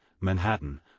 Manhattan